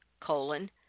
colon